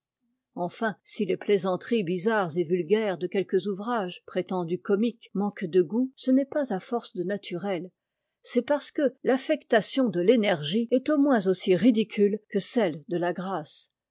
enfin si les plaisanteries bizarres et vulgaires de quelques ouvrages prétendus comiques manquent de goût ce n'est pas à force de naturel c'est parce que l'affectation de l'énergie est au moins aussi ridicule que celle de la grâce